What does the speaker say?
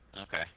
Okay